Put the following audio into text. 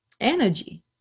energy